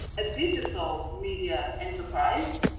a digital media enterprise,